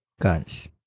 guns